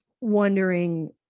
wondering